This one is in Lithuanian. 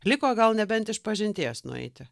liko gal nebent išpažinties nueiti